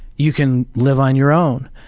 you can live on your own.